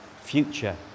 future